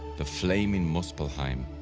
the flaming muspellheim,